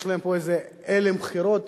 יש להם פה איזה הלם בחירות